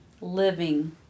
living